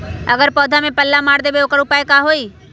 अगर पौधा में पल्ला मार देबे त औकर उपाय का होई?